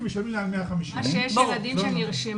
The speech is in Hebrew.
הם משלמים לי על 150. ילדים שנרשמו.